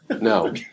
No